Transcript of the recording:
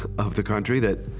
of the country that,